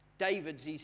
David's